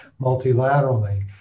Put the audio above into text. multilaterally